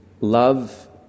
Love